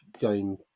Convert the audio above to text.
game